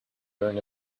learn